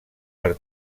per